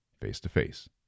face-to-face